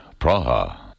Praha